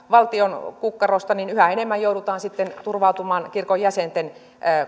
valtion kukkarosta niin yhä enemmän joudutaan turvautumaan kirkon jäsenten